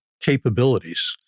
capabilities